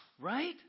Right